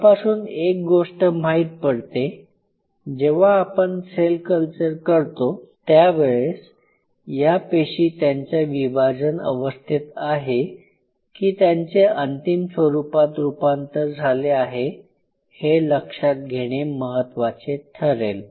यापासून एक गोष्ट माहीत पडते जेव्हा आपण सेल कल्चर करतो त्यावेळेस या पेशी त्यांच्या विभाजन अवस्थेत आहे की त्यांचे अंतिम स्वरूपात रूपांतर झाले आहे हे लक्षात घेणे महत्त्वाचे ठरेल